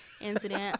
incident